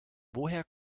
woher